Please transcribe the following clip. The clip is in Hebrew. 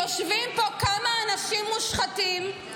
יושבים פה כמה אנשים מושחתים,